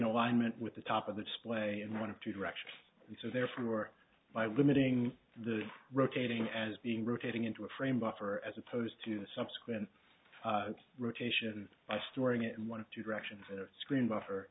know i meant with the top of the display in one of two directions and so therefore by limiting the rotating as being rotating into a frame buffer as opposed to the subsequent rotation by storing it in one of two directions the screen buffer